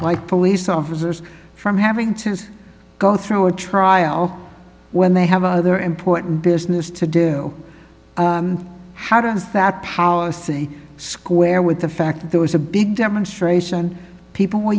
like police officers from having to go through a trial when they have other important business to do how does that power city square with the fact that there was a big demonstration people